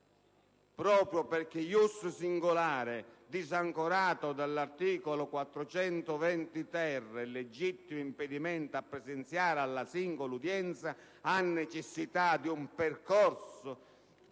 proprio perché *ius singulare* disancorato dall'articolo 420-*ter,* il legittimo impedimento a presenziare alla singola udienza ha necessità di un percorso